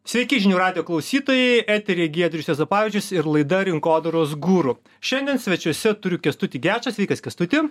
sveiki žinių radijo klausytojai eteryje giedrius juozapavičius ir laida rinkodaros guru šiandien svečiuose turiu kęstutį gečą sveikas kęstuti